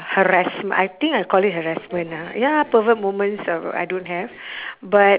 harassme~ I think I call it harassment ah ya pervert moments uh I don't have but